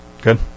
Good